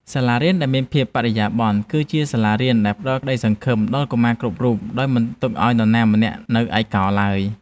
សាលារៀនដែលមានភាពបរិយាបន្ន គឺជាសាលារៀនដែលផ្តល់ក្តីសង្ឃឹមដល់កុមារគ្រប់រូបដោយមិនទុកឱ្យនរណាម្នាក់នៅឯកោឡើយ។